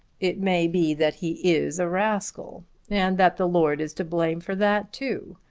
it may be that he is a rascal and that the lord is to blame for that too.